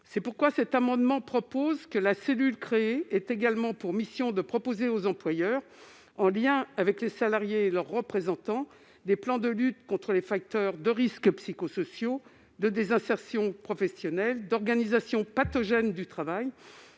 C'est pourquoi nous souhaitons que la cellule créée ait également pour mission de proposer aux employeurs, en lien avec les salariés et leurs représentants, des plans de lutte contre les facteurs de risques psychosociaux, de désinsertion professionnelle, d'organisation pathogène du travail,